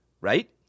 right